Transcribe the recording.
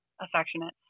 affectionate